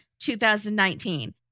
2019